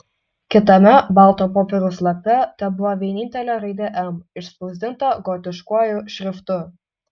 kitame balto popieriaus lape tebuvo vienintelė raidė m išspausdinta gotiškuoju šriftu